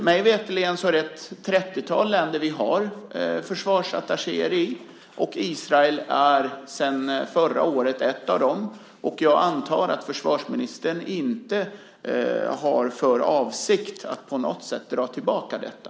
Mig veterligen har vi försvarsattachéer i ett 30-tal länder, och Israel är sedan förra året ett av dem. Jag förmodar att försvarsministern inte har för avsikt att på något sätt dra tillbaka detta.